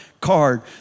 card